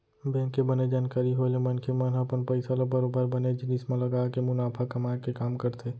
bank के बने जानकारी होय ले मनखे मन ह अपन पइसा ल बरोबर बने जिनिस म लगाके मुनाफा कमाए के काम करथे